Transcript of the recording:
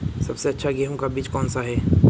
सबसे अच्छा गेहूँ का बीज कौन सा है?